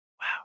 wow